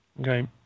okay